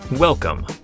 Welcome